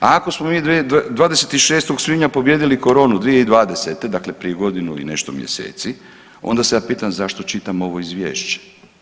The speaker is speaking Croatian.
Ako smo mi 26. svibnja pobijedili koronu 2020. dakle prije godinu i nešto mjeseci, onda se ja pitam zašto čitamo ovo izvješće?